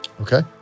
Okay